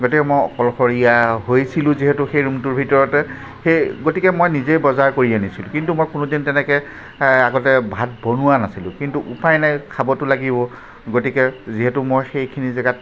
গতিকে মই অকলশৰীয়া হৈছিলোঁ যিহেতু সেই ৰুমটোৰ ভিতৰতে সেই গতিকে মই নিজে বজাৰ কৰি আনিছিলোঁ কিন্তু মই কোনোদিন তেনেকৈ আগতে ভাত বনোৱা নাছিলোঁ কিন্তু উপায় নাই খাবতো লাগিব গতিকে যিহেতু মই সেইখিনি জেগাত